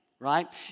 Right